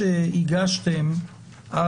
מאסר?